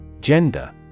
Gender